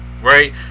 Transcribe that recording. Right